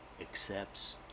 accepts